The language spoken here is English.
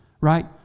right